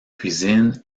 cuisine